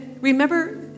remember